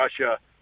Russia